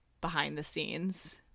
behind-the-scenes